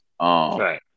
Right